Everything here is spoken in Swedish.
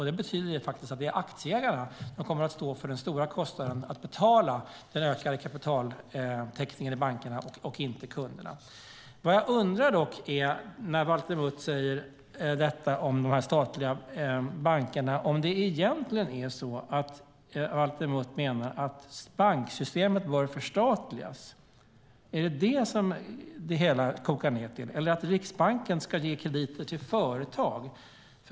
Det betyder faktiskt att det är aktieägarna som kommer att stå för den stora kostnaden och betala den ökade kapitaltäckningen i bankerna och inte kunderna. När Valter Mutt talar om de statliga bankerna undrar jag om det egentligen är så att han menar att banksystemet bör förstatligas. Är det detta som det hela kokar ned till eller att Riksbanken ska ge krediter till företag?